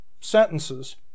sentences